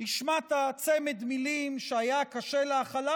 השמעת צמד מילים שהיה קשה להכלה,